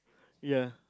ya